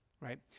right